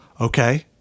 Okay